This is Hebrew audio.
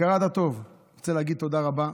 הכרת הטוב, אני רוצה להגיד תודה רבה